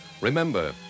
Remember